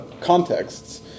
contexts